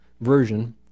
version